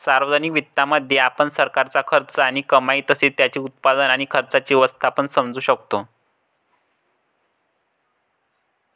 सार्वजनिक वित्तामध्ये, आपण सरकारचा खर्च आणि कमाई तसेच त्याचे उत्पन्न आणि खर्चाचे व्यवस्थापन समजू शकतो